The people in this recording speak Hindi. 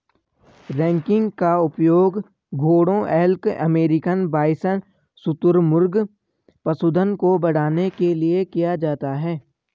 रैंकिंग का उपयोग घोड़ों एल्क अमेरिकन बाइसन शुतुरमुर्ग पशुधन को बढ़ाने के लिए किया जाता है